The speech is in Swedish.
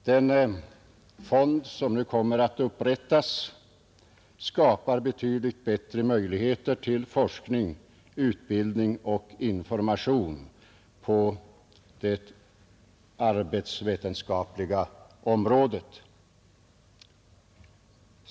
Den fond som nu kommer att upprättas skapar betydligt bättre möjligheter till forskning, utbildning och information på det arbetsvetenskapliga området.